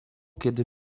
kiedy